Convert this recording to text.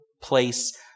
place